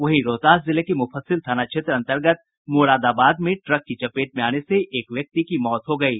वहीं रोहतास जिले के मुफस्सिल थाना क्षेत्र अंतर्गत मुरादाबाद में ट्रक की चपेट में आने से एक व्यक्ति की मौत हो गयी